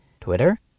Twitter